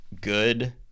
good